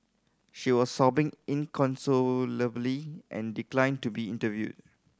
she was sobbing inconsolably and declined to be interviewed